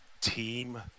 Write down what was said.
team